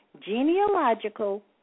Genealogical